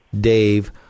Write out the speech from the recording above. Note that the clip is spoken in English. Dave